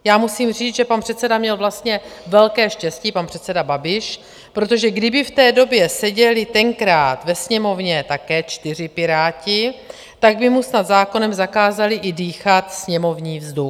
Já musím říct, že pan předseda měl vlastně velké štěstí, pan předseda Babiš, protože kdyby v té době seděli tenkrát ve Sněmovně také čtyři piráti, tak by mu snad zákonem zakázali i dýchat sněmovní vzduch.